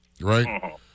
right